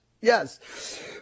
Yes